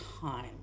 time